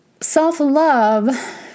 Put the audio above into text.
self-love